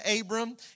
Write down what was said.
Abram